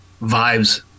vibes